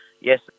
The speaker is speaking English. Yes